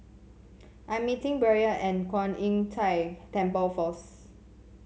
I'm meeting Braelyn at Kwan Im Tng Temple first